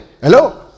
hello